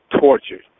tortured